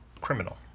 criminal